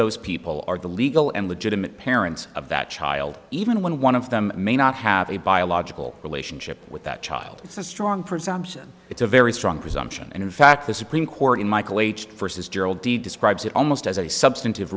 those people are the legal and legitimate parents of that child even when one of them may not have a biological relationship with that child it's a strong presumption it's a very strong presumption and in fact the supreme court in michael h the first is gerald d describes it almost as a substantive